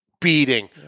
beating